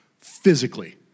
physically